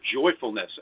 joyfulness